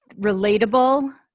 relatable